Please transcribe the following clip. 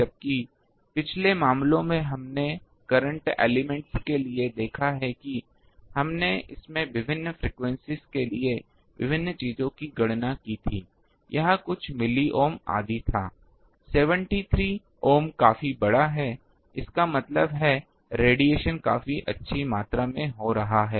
जबकि पिछले मामलों में हमने करंट एलिमेंट्स के लिए देखा है कि हमने इसमें विभिन्न फ्रेक्वेंसीएस के लिए विभिन्न चीजों की गणना की थी यह कुछ milliohm आदि था 73 ohm काफी बड़ा है इसका मतलब है रेडिएशन काफी अच्छी मात्रा में हो रहा है